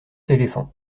éléphant